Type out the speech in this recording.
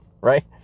Right